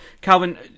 Calvin